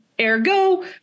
Ergo